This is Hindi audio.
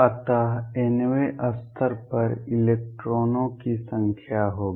अत nवें स्तर पर इलेक्ट्रॉनों की संख्या होगी